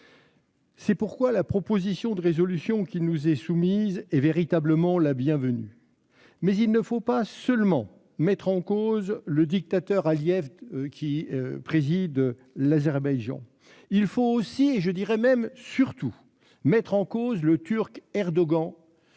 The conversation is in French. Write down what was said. C'est pourquoi la proposition de résolution qui nous est soumise est véritablement la bienvenue. Mais il ne faut pas seulement mettre en cause le dictateur Aliyev, qui préside l'Azerbaïdjan. Il faut aussi- et je dirais même surtout -mettre en cause le Turc Erdogan,